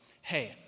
hey